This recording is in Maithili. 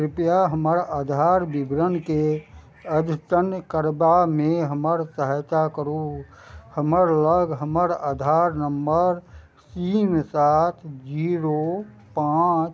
कृपया हमर आधार विवरणके अद्यतन करबामे हमर सहायता करू हमरा लग हमर आधार नंबर तीन सात जीरो पाँच